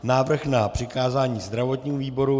Návrh na přikázání zdravotnímu výboru.